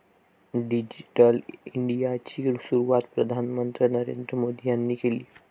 digital इंडियाची सुरुवात पंतप्रधान नरेंद्र मोदी यांनी केली